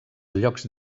llocs